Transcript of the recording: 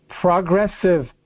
Progressive